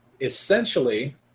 essentially